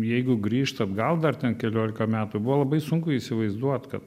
jeigu grįžt atgal dar ten kelioliką metų buvo labai sunku įsivaizduot kad